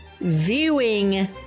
viewing